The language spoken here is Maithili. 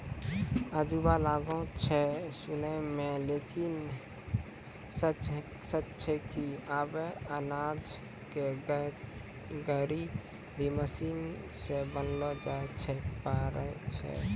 अजूबा लागै छै सुनै मॅ लेकिन है सच छै कि आबॅ अनाज के गठरी भी मशीन सॅ बनैलो जाय लॅ पारै छो